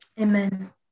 Amen